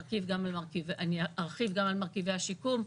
אני ארחיב גם על מרכיבי השיקום.